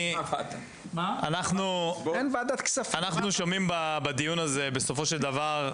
אנחנו שומעים בדיון הזה בסופו של דבר,